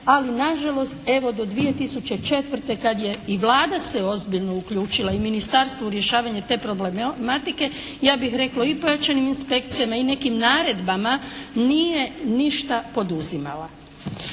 Ali nažalost, evo do 2004. kad je i Vlada se ozbiljno uključila i Ministarstvo u rješavanje te problematike ja bih rekla i pojačanim inspekcijama i nekim naredbama nije ništa poduzimala.